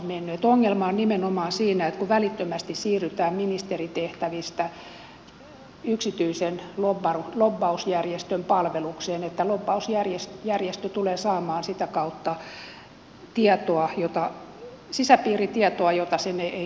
eli ongelma on nimenomaan siinä että välittömästi siirrytään ministeritehtävistä yksityisen lobbausjärjestön palvelukseen että lobbausjärjestö tulee saamaan sitä kautta sisäpiiritietoa jota sen ei olisi tarpeellista saada